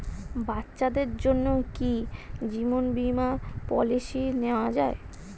বাচ্চাদের জন্য কি জীবন বীমা পলিসি নেওয়া যায়?